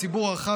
הציבור הרחב,